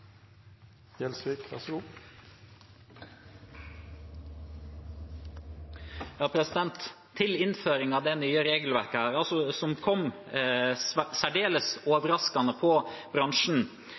Til innføring av det nye regelverket, som kom særdeles